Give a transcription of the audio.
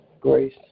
grace